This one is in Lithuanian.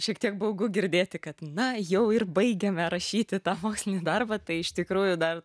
šiek tiek baugu girdėti kad na jau ir baigiame rašyti tą mokslinį darbą tai iš tikrųjų dar